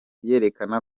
yerekana